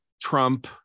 Trump